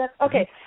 Okay